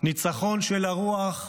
ניצחון של הרוח,